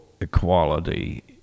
equality